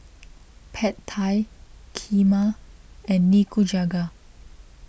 Pad Thai Kheema and Nikujaga